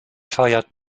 feiert